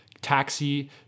taxi